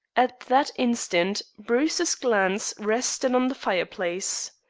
at that instant bruce's glance rested on the fireplace.